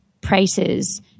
prices